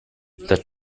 the